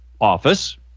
office